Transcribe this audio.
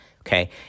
okay